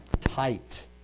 tight